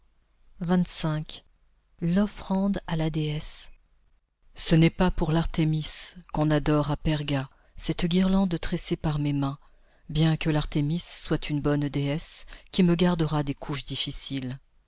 l'offrande à la déesse ce n'est pas pour l'artémis qu'on adore à perga cette guirlande tressée par mes mains bien que l'artémis soit une bonne déesse qui me gardera des couches difficiles